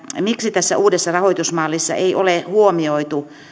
miksi tässä uudessa rahoitusmallissa ei ole huomioitu